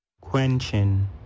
Quenching